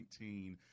2019